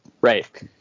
Right